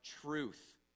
truth